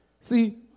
See